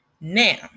Now